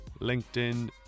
linkedin